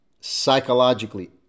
psychologically